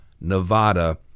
Nevada